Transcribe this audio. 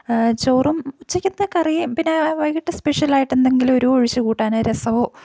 ചോറും ഉച്ചയ്ക്കത്തെ കറിയും പിന്നെ വൈകീട്ട് സ്പെഷ്യലായിട്ട് എന്തെങ്കിലും ഒരു ഒഴിച്ചു കൂട്ടാൻ രസമോ